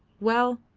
well!